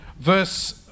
verse